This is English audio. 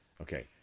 Okay